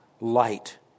light